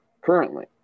currently